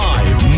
Live